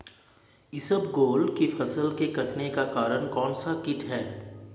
इसबगोल की फसल के कटने का कारण कौनसा कीट है?